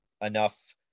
enough